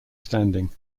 standing